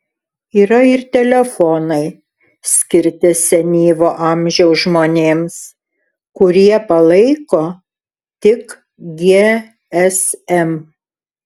yra ir telefonai skirti senyvo amžiaus žmonėms kurie palaiko tik gsm